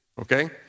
okay